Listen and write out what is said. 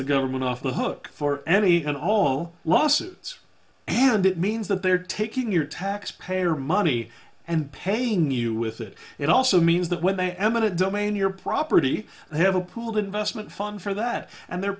the government off the hook for any and all lawsuits and that means that they're taking your taxpayer money and paying you with it it also means that when they eminent domain your property they have a pool of investment funds for that and they're